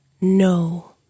no